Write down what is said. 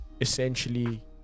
essentially